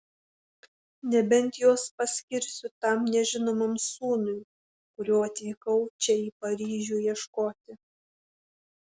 nebent juos paskirsiu tam nežinomam sūnui kurio atvykau čia į paryžių ieškoti